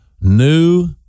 new